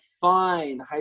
fine